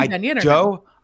Joe